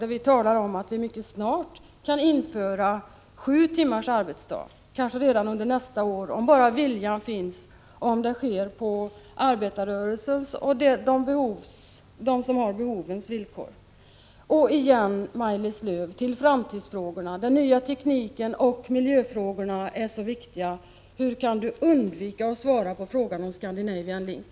Vi har talat om att vi mycket snart kan införa sju timmars arbetsdag, kanske redan under nästa år, om bara viljan finns och om det sker på arbetarrörelsens villkor och på deras villkor som har behovet. Så igen, Maj-Lis Lööw, till framtidsfrågorna! Den nya tekniken och miljöfrågorna är så viktiga. Hur kan Maj-Lis Lööw undvika att svara på frågan om Scandinavian Link?